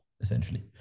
essentially